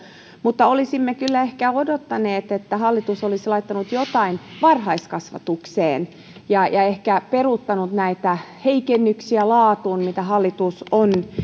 mutta olisimme kyllä ehkä odottaneet että hallitus olisi laittanut jotain varhaiskasvatukseen ja ja ehkä peruuttanut näitä heikennyksiä laatuun mitä hallitus on